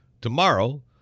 tomorrow